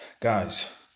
guys